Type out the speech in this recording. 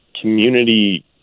community